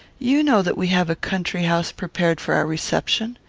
you know that we have a country-house prepared for our reception.